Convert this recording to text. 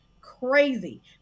crazy